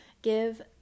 give